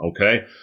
okay